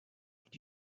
did